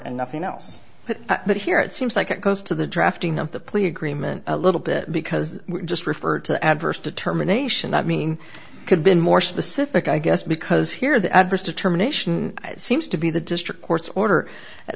and nothing else but here it seems like it goes to the drafting of the plea agreement a little bit because just referred to adverse determination i mean could been more specific i guess because here the adverse determination seems to be the district court's order at